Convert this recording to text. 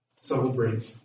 celebrate